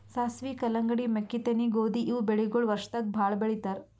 ಸಾಸ್ವಿ, ಕಲ್ಲಂಗಡಿ, ಮೆಕ್ಕಿತೆನಿ, ಗೋಧಿ ಇವ್ ಬೆಳಿಗೊಳ್ ವರ್ಷದಾಗ್ ಭಾಳ್ ಬೆಳಿತಾರ್